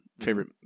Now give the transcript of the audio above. favorite